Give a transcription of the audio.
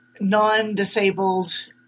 non-disabled